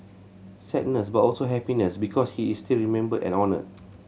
sadness but also happiness because he is still remembered and honoured